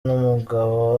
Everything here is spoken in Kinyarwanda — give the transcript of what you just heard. n’umugabo